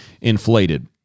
inflated